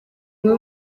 umwe